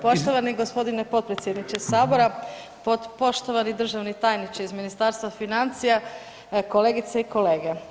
Poštovani g. potpredsjedniče Sabora, poštovani državni tajniče iz Ministarstva financija, kolegice i kolege.